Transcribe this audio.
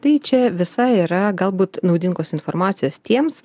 tai čia visai yra galbūt naudingos informacijos tiems